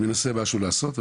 מנסה משהו לעשות,